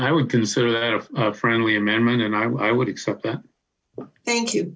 i would consider that friendly amendment and i would accept that thank you